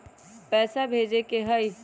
पैसा भेजे के हाइ?